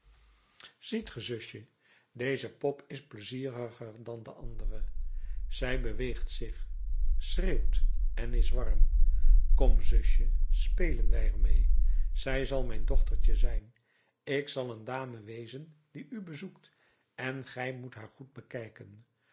ziet ge zusje deze pop is pleizieriger dan de andere zij beweegt zich schreeuwt en is warm kom zusje spelen wij er meê zij zal mijn dochtertje zijn ik zal een dame wezen die u bezoekt en gij moet haar goed bekijken